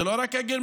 זה לא רק הגרמנים,